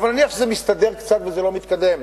אבל נניח שזה מסתדר קצת וזה לא מתקדם.